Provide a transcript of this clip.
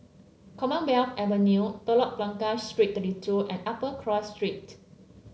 Commonwealth Avenue Telok Blangah Street Thirty two and Upper Cross Street